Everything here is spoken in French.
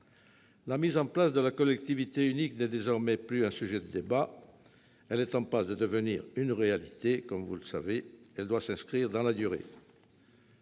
La mise en place de la collectivité unique n'est désormais plus un sujet de débat. Elle est en passe de devenir une réalité et doit s'inscrire dans la durée.